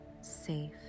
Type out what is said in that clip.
safe